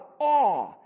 awe